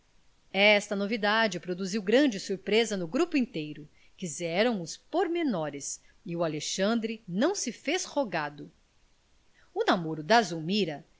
esta novidade produziu grande surpresa no grupo inteiro quiseram os pormenores e o alexandre não se fez de rogado o namoro da zulmira